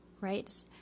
right